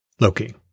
Loki